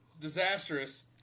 disastrous